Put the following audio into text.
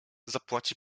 zapłaci